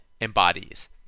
embodies